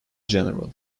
general